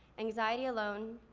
anxiety alone,